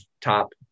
top